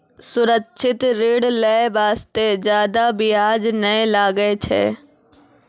सुरक्षित ऋण लै बास्ते जादा बियाज नै लागै छै